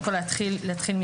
שקודם כל נכון להתחיל משם.